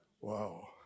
wow